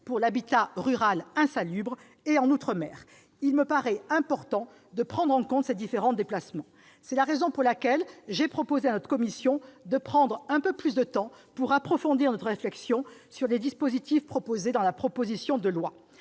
pour l'habitat rural insalubre, et en outre-mer. Il me paraît important de prendre en compte ces différents déplacements. C'est pourquoi j'ai proposé à notre commission de prendre un peu plus de temps pour approfondir notre réflexion sur les dispositifs proposés dans la proposition de loi.